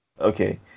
Okay